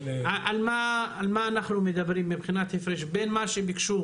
על מה אנחנו מדברים מבחינת הפרש בין מה שביקשו